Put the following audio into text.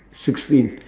sixteen